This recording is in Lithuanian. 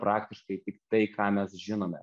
praktiškai tik tai ką mes žinome